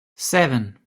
seven